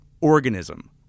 organism